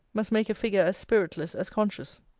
must make a figure as spiritless as conscious.